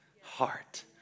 heart